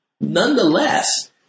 Nonetheless